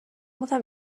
گفتم